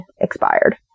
expired